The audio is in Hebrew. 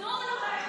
התקנון.